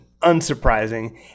unsurprising